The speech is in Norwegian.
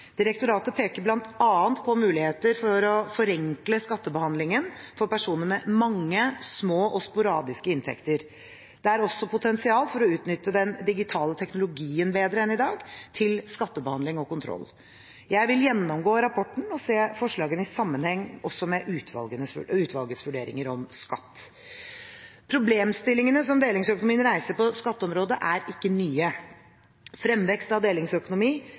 Direktoratet peker bl.a. på muligheter for å forenkle skattebehandlingen for personer med mange, små og sporadiske inntekter. Det er også potensial for å utnytte den digitale teknologien bedre enn i dag til skattebehandling og kontroll. Jeg vil gjennomgå rapporten og se forslagene i sammenheng også med utvalgets vurderinger om skatt. Problemstillingene som delingsøkonomien reiser på skatteområdet, er ikke nye. Fremvekst av